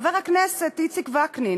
חבר הכנסת איציק וקנין,